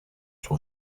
sur